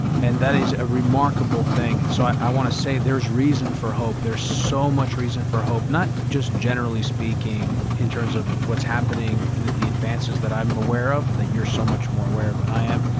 and that is a remarkable thing. so i want to say there's reason for hope. there's so much reason for hope, not just generally speaking in terms of what's happening in the advances that i'm aware of that you're so much more aware of than i am,